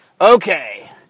Okay